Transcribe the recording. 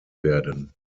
werden